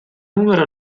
numero